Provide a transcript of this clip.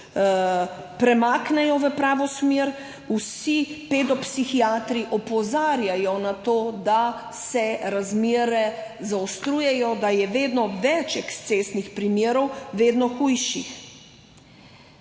področju premaknejo v pravo smer. Vsi pedopsihiatri opozarjajo na to, da se razmere zaostrujejo, da je vedno več ekscesnih primerov, vedno hujših.